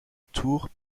tours